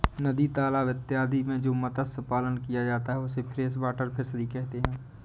नदी तालाब इत्यादि में जो मत्स्य पालन किया जाता है उसे फ्रेश वाटर फिशरी कहते हैं